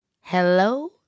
Hello